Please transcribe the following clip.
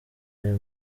uyu